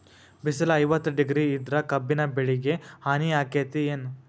ಬಿಸಿಲ ಐವತ್ತ ಡಿಗ್ರಿ ಇದ್ರ ಕಬ್ಬಿನ ಬೆಳಿಗೆ ಹಾನಿ ಆಕೆತ್ತಿ ಏನ್?